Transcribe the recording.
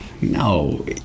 No